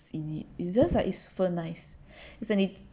in it it's just like it's super nice is like 你